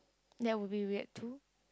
that will be weird too